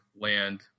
land